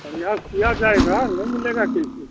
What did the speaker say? प्रयास किया जाएगा नहीं मिलेगा कैसे